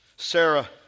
Sarah